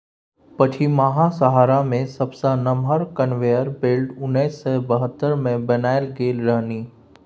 पछिमाहा सहारा मे सबसँ नमहर कन्वेयर बेल्ट उन्नैस सय बहत्तर मे बनाएल गेल रहनि